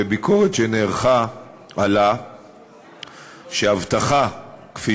בביקורת שנערכה עלה שהאבטחה כנדרש,